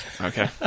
Okay